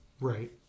Right